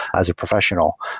as a professional.